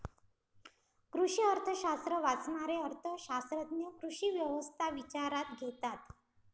कृषी अर्थशास्त्र वाचणारे अर्थ शास्त्रज्ञ कृषी व्यवस्था विचारात घेतात